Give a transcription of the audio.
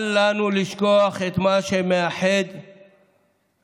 אל לנו לשכוח את מה שמאחד אותנו,